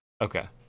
okay